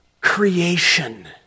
creation